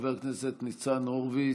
חבר הכנסת ניצן הורוביץ,